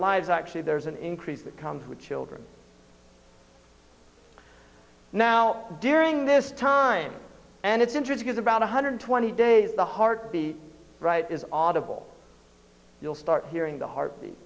lives actually there's an increase that comes with children now during this time and it's interesting is about one hundred twenty days the heartbeat right is audible you'll start hearing the heartbeat